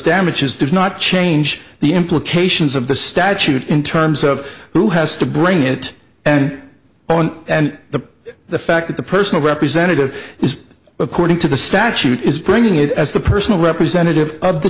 damages does not change the implications of the statute in terms of who has to bring it and own and the the fact that the personal representative is according to the statute is bringing it as the personal representative of the